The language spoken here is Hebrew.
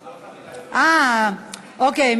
אוקיי.